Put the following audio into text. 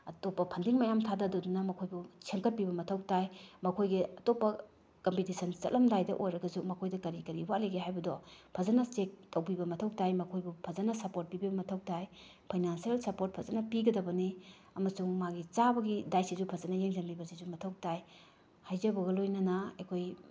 ꯑꯇꯣꯞꯄ ꯐꯟꯗꯤꯡ ꯃꯌꯥꯝ ꯊꯥꯊꯗꯨꯅ ꯃꯈꯣꯏꯕꯨ ꯁꯦꯝꯒꯠꯄꯤꯕ ꯃꯊꯧ ꯇꯥꯏ ꯃꯈꯣꯏꯒꯤ ꯑꯇꯣꯞꯄ ꯀꯝꯄꯤꯇꯤꯁꯟ ꯆꯠꯂꯝꯗꯥꯏꯗ ꯑꯣꯏꯔꯒꯁꯨ ꯃꯈꯣꯏꯗ ꯀꯔꯤ ꯀꯔꯤ ꯋꯥꯠꯂꯤꯒꯦ ꯍꯥꯏꯕꯗꯣ ꯐꯖꯅ ꯆꯦꯛ ꯇꯧꯕꯤꯕ ꯃꯊꯧ ꯇꯥꯏ ꯃꯈꯣꯏꯕꯨ ꯐꯖꯅ ꯁꯞꯄꯣꯔꯠ ꯄꯤꯕꯤꯕ ꯃꯊꯧ ꯇꯥꯏ ꯐꯥꯏꯅꯥꯟꯁꯦꯜ ꯁꯞꯄꯣꯔꯠ ꯐꯖꯅ ꯄꯤꯒꯗꯕꯅꯤ ꯑꯃꯁꯨꯡ ꯃꯥꯒꯤ ꯆꯥꯕꯒꯤ ꯗꯥꯏꯠꯁꯤꯁꯨ ꯐꯖꯅ ꯌꯦꯡꯁꯤꯟꯕꯤꯕꯁꯤꯁꯨ ꯃꯊꯧ ꯇꯥꯏ ꯍꯥꯏꯖꯕꯒ ꯂꯣꯏꯅꯅ ꯑꯩꯈꯣꯏ